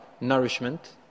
nourishment